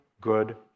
good